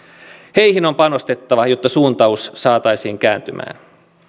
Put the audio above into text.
heihin on panostettava jotta suuntaus saataisiin kääntymään